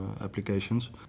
applications